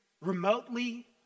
remotely